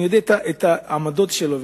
אני יודע את העמדות שלו,